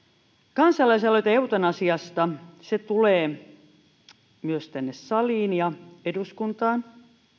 kansalaisaloite eutanasiasta tulee myös tänne saliin ja eduskuntaan